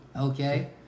okay